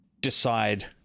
decide